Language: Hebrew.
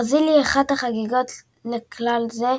ברזיל היא אחת החריגות לכלל זה,